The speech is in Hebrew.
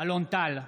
אלון טל,